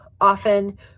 often